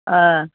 अ